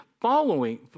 following